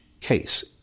case